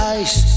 ice